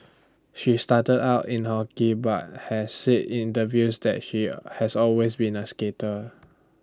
she started out in hockey but has said interviews that she has always been A skater